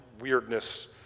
weirdness